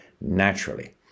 naturally